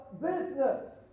business